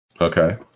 Okay